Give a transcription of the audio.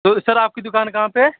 اور سر آپ کی دُکان کہاں پے ہے